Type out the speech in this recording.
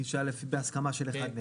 גישה בהסכמה של אחד מהם.